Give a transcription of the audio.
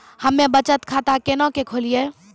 हम्मे बचत खाता केना के खोलियै?